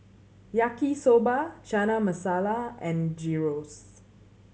Yaki Soba Chana Masala and Gyros